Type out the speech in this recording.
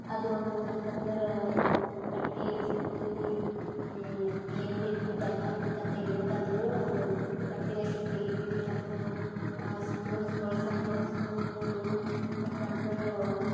ಅದು ಒಂದು ಮತ್ತು ಅಂದರ ಬಟ್ಟೆ ಯೂಸ್ ಮಾಡ್ತೀವಿ ಏನು ಭೀ ಡಕ್ಕನ್ ಬಿಕ್ಕನ್ ತೆಗಿಬೇಕಾದ್ರೂ ಬಟ್ಟಿಲಿಸಿಂಗ್ ತೆಗಿತೀವಿ ಮತ್ತು ಸ್ಪೂನ್ಸ್ಗಳು ಸಣ್ಣವು ಸ್ಪೂನ್ಗಳು ಮತ್ತು ಅಂದರೆ